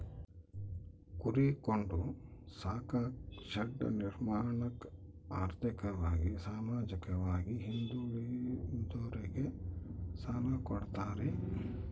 ಕುರಿ ಕೊಂಡು ಸಾಕಾಕ ಶೆಡ್ ನಿರ್ಮಾಣಕ ಆರ್ಥಿಕವಾಗಿ ಸಾಮಾಜಿಕವಾಗಿ ಹಿಂದುಳಿದೋರಿಗೆ ಸಾಲ ಕೊಡ್ತಾರೆ